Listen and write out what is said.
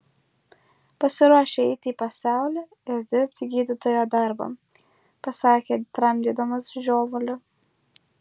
pasiruošę eiti į pasaulį ir dirbti gydytojo darbą pasakė tramdydamas žiovulį